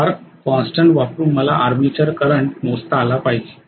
torque constant वापरून मला armature current मोजता आला पाहिजे